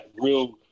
real